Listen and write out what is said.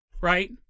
Right